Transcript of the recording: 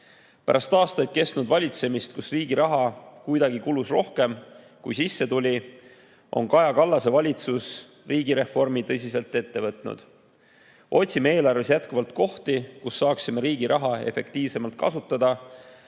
Pärast aastaid kestnud valitsemist, kus riigi raha kuidagi kulus rohkem, kui sisse tuli, on Kaja Kallase valitsus riigireformi tõsiselt ette võtnud. Otsime eelarves jätkuvalt kohti, kus saaksime riigi raha efektiivsemalt kasutada,